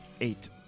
Eight